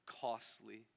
costly